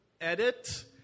edit